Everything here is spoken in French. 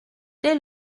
dès